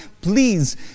please